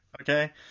okay